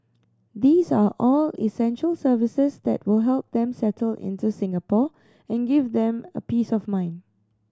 these are all essential services that will help them settle into Singapore and give them a peace of mind